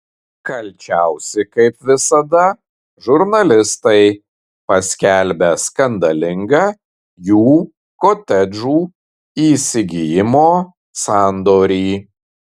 kalčiausi kaip visada žurnalistai paskelbę skandalingą jų kotedžų įsigijimo sandorį